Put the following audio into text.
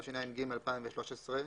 התשע"ג-2013,